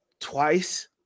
twice